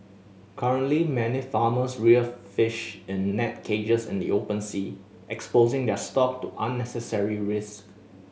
currently many farmers rear fish in net cages in the open sea exposing their stock to unnecessary risk